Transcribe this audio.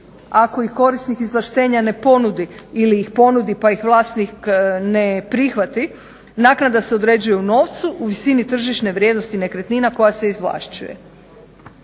ako ih korisnik izvlaštenja ne ponudi ili ih ponudi pa ih vlasnik ne prihvati naknada se određuje u novcu u visini tržišne vrijednosti nekretnina koja se izvlašćuje.